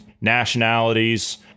Nationalities